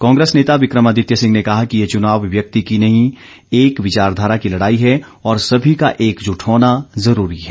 कांग्रेस नेता विक्रमादित्य सिंह ने कहा कि ये चुनाव व्यक्ति की नहीं एक विचारधारा की लड़ाई है और सभी का एकजुट होना जरूरी है